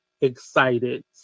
excited